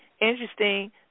interesting